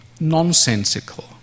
nonsensical